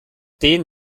den